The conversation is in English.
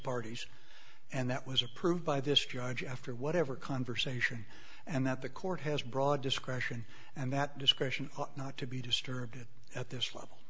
parties and that was approved by this judge after whatever conversation and that the court has broad discretion and that discretion not to be disturbed at this level